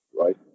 right